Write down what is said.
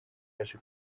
yaje